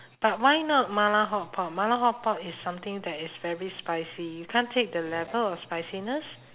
but why not mala hotpot mala hotpot is something that is very spicy you can't take the level of spiciness